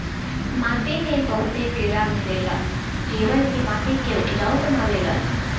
माटी में बहुते कीड़ा मिलेला जवन की माटी के उपजाऊ बनावेला